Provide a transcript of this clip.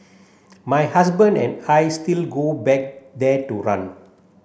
my husband and I still go back there to run